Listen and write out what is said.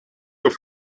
auf